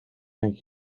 denk